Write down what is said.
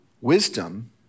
Wisdom